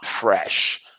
fresh